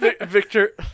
Victor